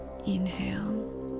Inhale